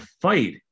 fight